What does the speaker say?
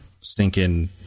stinking